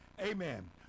Amen